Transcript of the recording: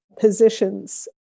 positions